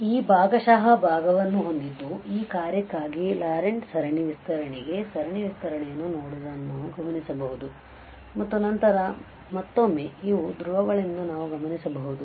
ಆದ್ದರಿಂದ ಈ ಭಾಗಶಃ ಭಾಗವನ್ನು ಹೊಂದಿದ್ದು ಈ ಕಾರ್ಯಕ್ಕಾಗಿ ಲಾರೆಂಟ್ ಸರಣಿ ವಿಸ್ತರಣೆಗೆ ಸರಣಿ ವಿಸ್ತರಣೆಯನ್ನು ನೋಡುವುದನ್ನು ನಾವು ಗಮನಿಸಬಹುದು ಮತ್ತು ನಂತರ ಮತ್ತೊಮ್ಮೆ ಇವು ಧ್ರುವಗಳೆಂದು ನಾವು ಗಮನಿಸಬಹುದು